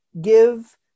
give